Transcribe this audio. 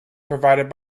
provided